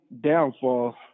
downfall